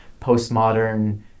postmodern